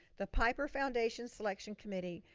the piper foundation selection committee,